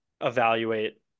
evaluate